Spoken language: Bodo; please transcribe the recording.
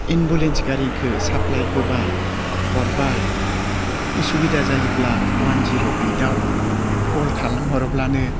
एम्बुलेन्स गारिखौ साप्लाइ होबाय हरबाय असुबिदा जायोब्ला अवान जिर' ओइट आव कल खालामहरब्लानो